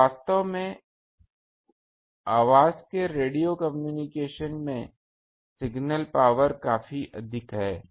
और वास्तव में आवाज के रेडियो कम्युनिकेशन में यह सिगनल पावर काफी अधिक है